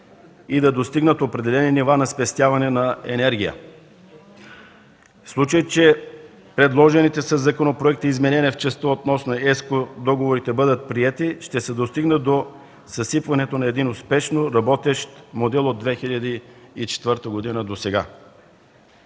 и да достигнат определени нива на спестяване на енергия. В случай че предложените със законопроекта изменения в частта относно ЕSCО договорите бъдат приети, ще се достигне до съсипването на един успешно работещ модел от 2004 г. досега.